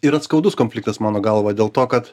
yra skaudus konfliktas mano galva dėl to kad